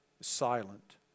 silent